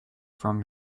from